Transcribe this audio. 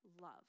love